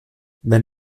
wenn